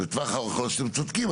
אז לטווח הארוך אתם צודקים.